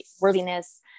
worthiness